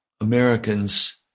Americans